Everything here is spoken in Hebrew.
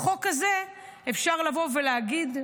בחוק הזה אפשר לבוא ולהגיד,